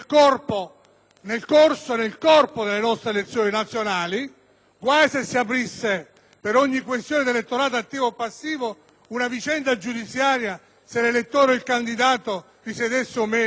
Guai se si aprisse per ogni questione di elettorato passivo o attivo una vicenda giudiziaria vertente sul fatto che l'elettore o il candidato risiedesse o meno in quel territorio, in quel Comune!